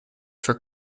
for